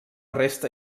resta